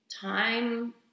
time